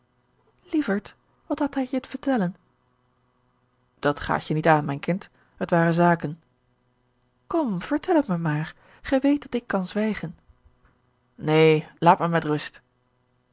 lievert wat had hij je te vertellen dat gaat je niet aan mijn kind het waren zaken kom vertel het mij maar gij weet dat ik kan zwijgen neen laat mij met rust